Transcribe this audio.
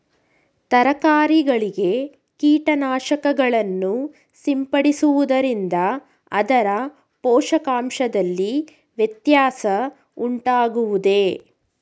ತರಕಾರಿಗಳಿಗೆ ಕೀಟನಾಶಕಗಳನ್ನು ಸಿಂಪಡಿಸುವುದರಿಂದ ಅದರ ಪೋಷಕಾಂಶದಲ್ಲಿ ವ್ಯತ್ಯಾಸ ಉಂಟಾಗುವುದೇ?